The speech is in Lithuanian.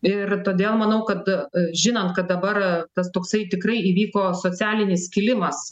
ir todėl manau kad žinant kad dabar tas toksai tikrai įvyko socialinis skilimas